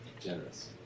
generous